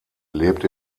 lebt